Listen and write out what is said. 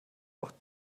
auch